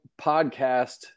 podcast